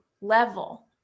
level